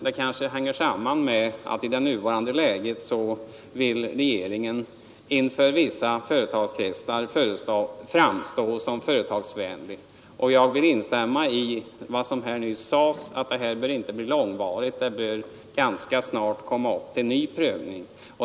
Det kanske hänger samman med att regeringen i nuvarande läge inför vissa företagskretsar vill framstå som företagsvänlig. Jag vill instämma i vad som nyss sades, att detta inte bör bli långvarigt utan ganska snart bör tas upp till ny prövning.